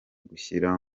gushyira